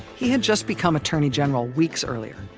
he had just become attorney general weeks earlier.